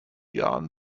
jahren